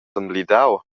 emblidau